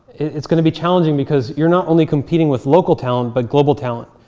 it's going to be challenging, because you're not only competing with local talent, but global talent.